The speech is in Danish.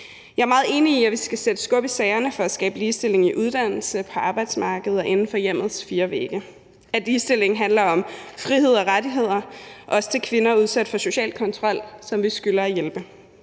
Jeg er meget enig i, at vi skal sætte skub i sagerne for at skabe ligestilling i uddannelse, på arbejdsmarkedet og inden for hjemmets fire vægge; at ligestilling handler om frihed og rettigheder, også til kvinder udsat for social kontrol, som vi skylder at hjælpe;